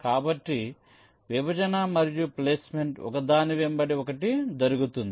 కాబట్టి విభజన మరియు ప్లేస్మెంట్ ఒకదాని వెంబడి ఒకటి జరుగుతుంది